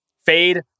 Fade